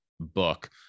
book